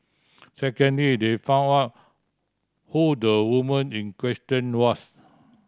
second day they found out who the woman in question was